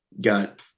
got